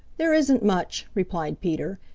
there isn't much, replied peter,